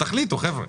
תחליטו, חבר'ה.